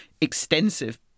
extensive